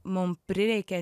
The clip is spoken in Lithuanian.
mum prireikė